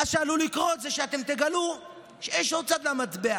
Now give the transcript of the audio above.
מה שעלול לקרות זה שאתם תגלו שיש עוד צד למטבע,